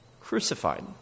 crucified